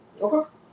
Okay